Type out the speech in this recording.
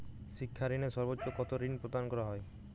শিক্ষা ঋণে সর্বোচ্চ কতো ঋণ প্রদান করা হয়?